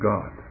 God